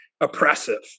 oppressive